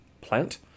plant